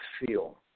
feel